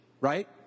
right